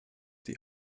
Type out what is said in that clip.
die